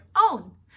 own